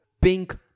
Pink